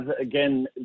again